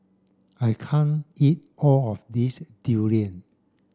I can't eat all of this durian